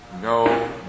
No